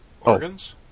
Organs